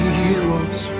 heroes